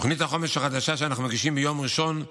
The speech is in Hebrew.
תוכנית החומש החדשה, שאנחנו מגישים ביום ראשון,